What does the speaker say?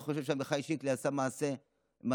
אני חושב שעמיחי שיקלי עשה מעשה אמיתי,